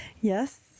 Yes